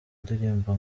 ndirimbo